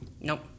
Nope